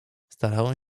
starałem